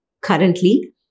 currently